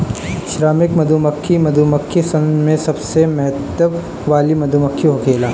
श्रमिक मधुमक्खी मधुमक्खी सन में सबसे महत्व वाली मधुमक्खी होखेले